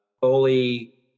fully